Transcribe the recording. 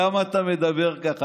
למה אתה מדבר ככה?